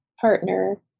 partner